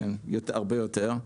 הרבה יותר.